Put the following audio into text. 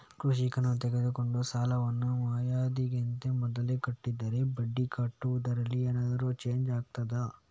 ಕೃಷಿಕನು ತೆಗೆದುಕೊಂಡ ಸಾಲವನ್ನು ವಾಯಿದೆಗಿಂತ ಮೊದಲೇ ಕಟ್ಟಿದರೆ ಬಡ್ಡಿ ಕಟ್ಟುವುದರಲ್ಲಿ ಏನಾದರೂ ಚೇಂಜ್ ಆಗ್ತದಾ?